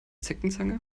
zeckenzange